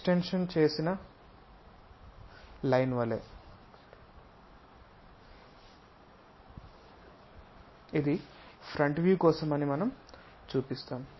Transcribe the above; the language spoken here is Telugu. ఎక్స్టెంషన్ చేసిన లైన్ వలె ఇది ఫ్రంట్ వ్యూ కోసం అని మనం చూపిస్తాము